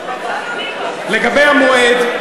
לא נוגעים, לגבי המועד,